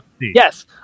Yes